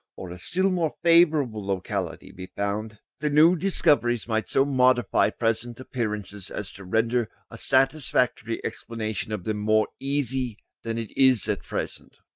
or a still more favourable locality be found, the new discoveries might so modify present appearances as to render a satisfactory explanation of them more easy than it is at present.